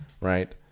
right